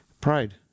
Pride